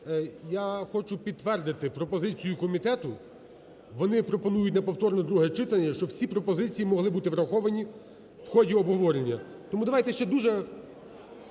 Я хочу підтвердити пропозицію комітету, вони пропонують на повторне друге читання, щоб всі пропозиції могли бути враховані в ході обговорення. Тому давайте ще дуже…